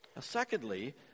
Secondly